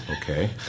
okay